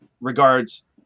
regards